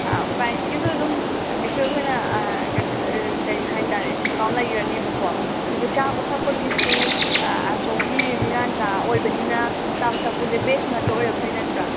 ꯄ꯭ꯔꯥꯏꯖꯀꯤꯁꯨ ꯑꯗꯨꯝ ꯀꯩꯁꯨ ꯑꯩꯈꯣꯏꯅ ꯀꯔꯤ ꯍꯥꯏꯇꯥꯔꯦ ꯗꯤꯁꯀꯥꯎꯟ ꯂꯩꯒꯅꯤꯕ ꯀꯣ ꯑꯗꯨꯒ ꯆꯥꯕ ꯊꯛꯄꯒꯤꯁꯨ ꯑꯁꯣꯝꯒꯤ ꯃꯤꯌꯥꯟꯆꯥ ꯑꯣꯏꯕꯅꯤꯅ ꯆꯥꯕ ꯊꯛꯄꯁꯦ ꯚꯦꯖ ꯉꯥꯛꯇ ꯑꯣꯏꯔꯛꯇꯣꯏ ꯅꯠꯇ꯭ꯔꯥ